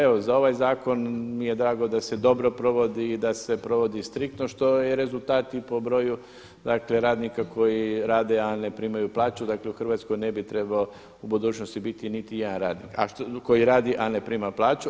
Evo za ovaj zakon mi je drago da se dobro provodi i da se provodi striktno što je rezultat i po broju radnika koji rade, a ne primaju plaću dakle u Hrvatskoj ne bi trebao u budućnosti biti niti jedan radnik koji radi, a ne prima plaću.